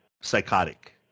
psychotic